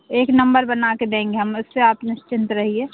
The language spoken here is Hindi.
एक नंबर बना के देंगे हम आप निश्चिंत रहिये